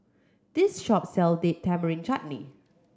this shop sell Date Tamarind Chutney